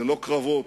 ללא קרבות,